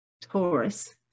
Taurus